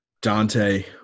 Dante